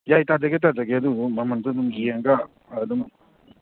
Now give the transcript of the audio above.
ꯌꯥꯏ ꯇꯥꯖꯒꯦ ꯇꯥꯖꯒꯦ ꯑꯗꯨꯕꯨ ꯃꯃꯟꯁꯨ ꯑꯗꯨꯝ ꯌꯦꯡꯉꯒ ꯑꯗꯨꯝ